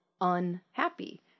unhappy